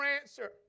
answer